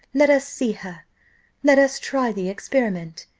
let us see her let us try the experiment.